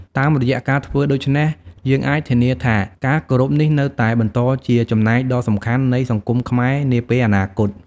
តាមរយៈការធ្វើដូច្នេះ យើងអាចធានាថាការគោរពនេះនៅតែបន្តជាចំណែកដ៏សំខាន់នៃសង្គមខ្មែរនាពេលអនាគត។